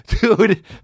dude